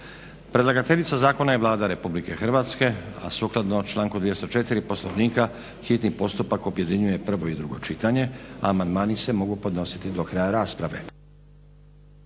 Predlagateljica Zakona je Vlada RH, a sukladno članku 204. Poslovnika hitni postupak objedinjuje prvo i drugo čitanje, amandmani se mogu podnositi do kraja rasprave.